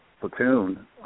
platoon